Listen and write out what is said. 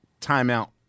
timeout